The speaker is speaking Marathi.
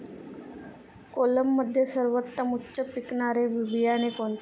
कोलममध्ये सर्वोत्तम उच्च पिकणारे बियाणे कोणते?